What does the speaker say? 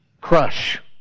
Crush